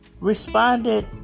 responded